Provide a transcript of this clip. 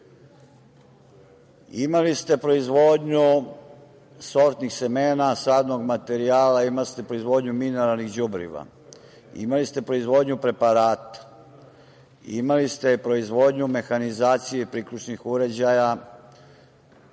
imali ste proizvodnju sortnih smena, sadnog materijala, imali ste proizvodnju mineralnih đubriva, imali ste proizvodnju preparata, imali ste proizvodnju mehanizacije, priključnih uređaja.